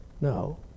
No